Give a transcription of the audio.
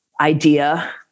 idea